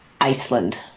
Iceland